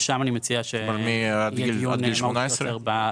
ושם אני מציע שיהיה דיון מהותי יותר.